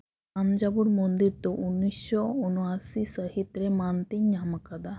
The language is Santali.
ᱛᱟᱧᱡᱟᱵᱚᱨ ᱢᱚᱱᱫᱤᱨ ᱫᱚ ᱩᱱᱤᱥᱥᱚ ᱩᱱᱚ ᱟᱥᱤ ᱥᱟᱹᱦᱤᱛ ᱨᱮ ᱢᱟᱱᱚᱛᱮ ᱧᱟᱢ ᱟᱠᱟᱫᱟ